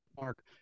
mark